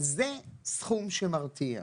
זה סכום שמרתיע.